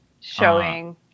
showing